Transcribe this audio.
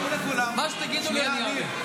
מה שתגידו לי אני אענה.